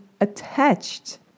attached